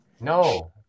no